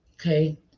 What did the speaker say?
Okay